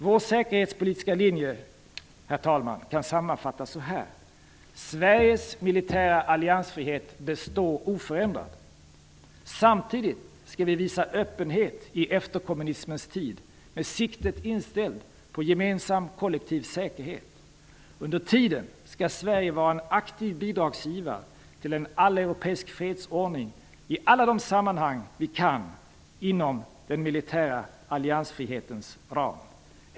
Vår säkerhetspolitiska linje kan, herr talman, sammanfattas så här: Sveriges militära alliansfrihet består oförändrad. Samtidigt skall vi visa öppenhet i efterkommunismens tid med siktet inställt på gemensam, kollektiv säkerhet. Under tiden skall Sverige vara en aktiv bidragsgivare till en alleuropeisk fredsordning i alla de sammanhang där vi kan vara det, inom den militära alliansfrihetens ram.